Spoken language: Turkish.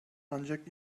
ancak